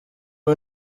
ubu